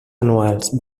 anuals